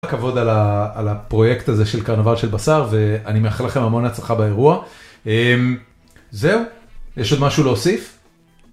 כבוד על הפרויקט הזה של קרנבל של בשר ואני מאחל לכם המון הצלחה באירוע. זהו, יש עוד משהו להוסיף?